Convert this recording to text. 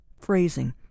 phrasing